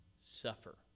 suffer